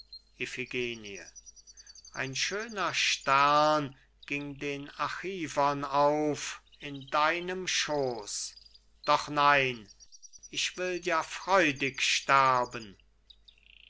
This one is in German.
ein schöner stern ging den achivern auf in deinem schooß doch nein ich will ja freudig sterben